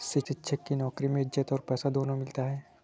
शिक्षक की नौकरी में इज्जत और पैसा दोनों मिलता है